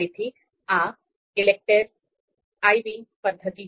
તેથી આ ઈલેકટેર Iv પદ્ધતિ છે